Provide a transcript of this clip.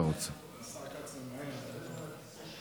תודה רבה לך, אדוני היושב-ראש.